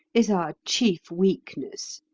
is our chief weakness,